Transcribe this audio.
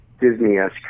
disney-esque